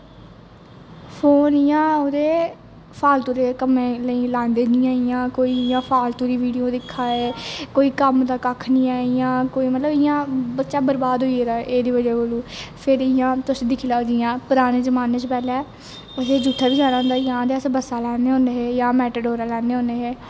phone इयां मतलब फालतू दे कम्मे लेई लांदे इयां इयां कोई फालतू दी बिडियो दिक्खा दे कोई कम्म दा कक्ख नेई ऐ इयां कोई मतलब इयां बच्चा बर्बाद होई गेदा ऐ एहदी बजह कोला फिर इयां तुस दिक्की लो जियां पराने जमाने च पैहलें असें जित्थेै बी जाना होंदा हा जां ते अस बसा लेंदे होंदे जा मेटाडोरा लैन्ने होन्ने